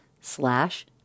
slash